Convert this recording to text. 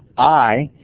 i,